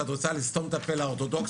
שאת רוצה לסתום את הפה לאורתודוכסים,